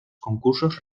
concursos